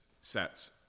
sets